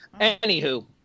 Anywho